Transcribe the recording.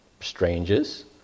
strangers